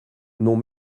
n’ont